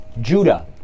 Judah